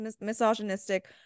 misogynistic